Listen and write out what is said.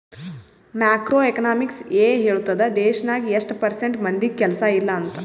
macro economics ಎ ಹೇಳ್ತುದ್ ದೇಶ್ನಾಗ್ ಎಸ್ಟ್ ಪರ್ಸೆಂಟ್ ಮಂದಿಗ್ ಕೆಲ್ಸಾ ಇಲ್ಲ ಅಂತ